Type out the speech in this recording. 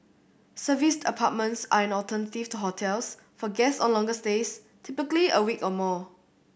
serviced apartments are an alternative to hotels for guests on longer stays typically a week or more